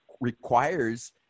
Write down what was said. requires